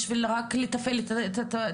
בשביל רק לתפעל את הסיטואציה,